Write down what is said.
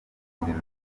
ubuzima